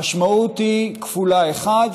המשמעות היא כפולה: דבר אחד,